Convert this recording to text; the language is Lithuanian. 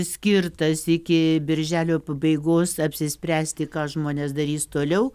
skirtas iki birželio pabaigos apsispręsti ką žmonės darys toliau